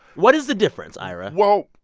what is the difference, ira? well,